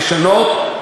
לשנות,